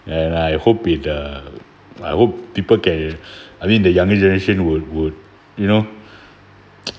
and I hope it err I hope people can I mean the younger generation would would you know